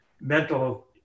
mental